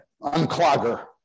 unclogger